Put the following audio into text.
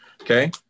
Okay